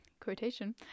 quotation